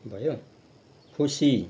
खुसी